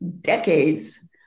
decades